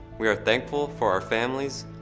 we are thankful for our families,